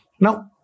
Now